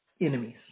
enemies